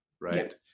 right